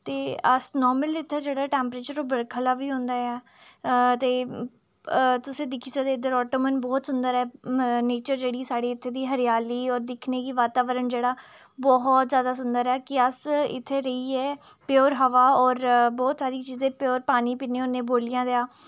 ते अस नार्मल इत्थें जेह्ड़ा टैमरेच्चर ओह् बरखा आह्ला बी होंदा ऐ ते तुसें दिक्खी सकदे आटमन बोह्त सुंदर ऐ नेचर जेह्ड़ी साढ़ी इत्थें दी हरेयाली होर दिक्खने गी वातावरण जेह्ड़ा बोहत ज्यादा सुंदर ऐ कि अस इत्थें रेहियै प्योर हवा होर बोह्त सारी चीज़ां प्योर पानी पीन्ने होन्ने बौलियें दा